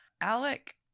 Alec